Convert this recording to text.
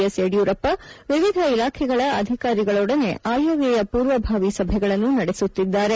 S Yediyurappa ವಿವಿಧ ಇಲಾಖೆಗಳ ಅಧಿಕಾರಿಗಳೊಡನೆ ಆಯವ್ಯ ಪೂರ್ವಭಾವಿ ಸಭೆಗಳನ್ನು ನಡೆಸುತ್ತಿದ್ದಾರೆ